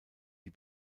die